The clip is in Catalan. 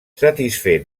satisfer